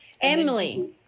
Emily